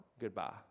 goodbye